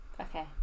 okay